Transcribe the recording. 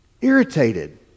irritated